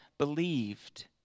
believed